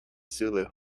zulu